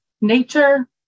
nature